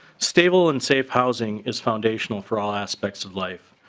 stable and safe housing is foundational for all aspect of life.